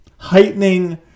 Heightening